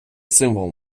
символ